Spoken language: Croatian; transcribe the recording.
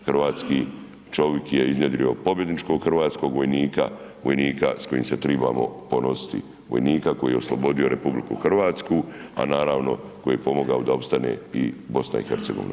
Hrvatski čovjek je iznjedrio pobjedničkog hrvatskog vojnika, vojnika s kojim se tribamo ponositi, vojnika koji je oslobodio RH, a naravno koji je pomogao da opstane i BiH.